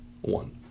one